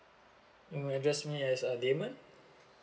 mm address me as uh damon